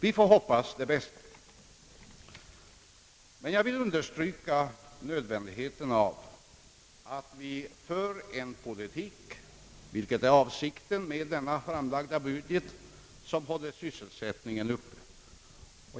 Vi får hoppas det bästa, men jag vill understyrka nödvändigheten av att vi för en politik — vilket är avsikten med den framlagda budgeten — som håller sysselsättningen uppe.